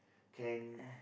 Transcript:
can